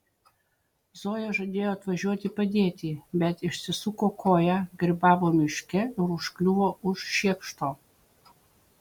zoja žadėjo atvažiuoti padėti bet išsisuko koją grybavo miške ir užkliuvo už šiekšto